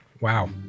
Wow